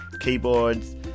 keyboards